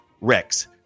Rex